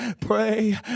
pray